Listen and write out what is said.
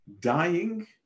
dying